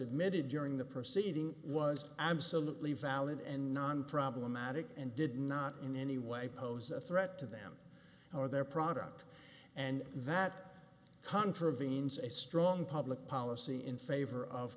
admitted during the proceeding was absolutely valid and non problematic and did not in any way pose a threat to them or their product and that contravenes a strong public policy in favor of